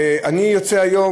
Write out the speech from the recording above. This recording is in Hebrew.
אני יוצא היום,